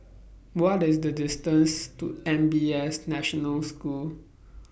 What IS The distance to N P S National School